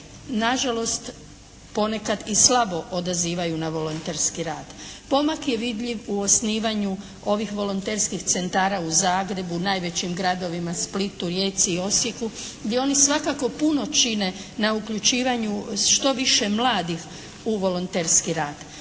na žalost ponekad i slabo odazivaju na volonterski rad. Pomak je vidljiv u osnivanju ovih volonterskih centara u Zagrebu, najvećim gradovima Splitu, Rijeci i Osijeku gdje oni svakako puno čine na uključivanju što više mladih u volonterski rad.